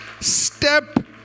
step